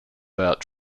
about